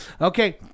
okay